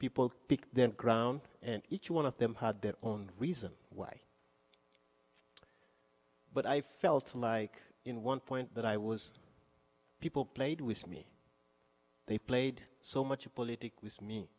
their ground and each one of them had their own reason why but i felt like in one point that i was people played with me they played so much of politico with me